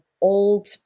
old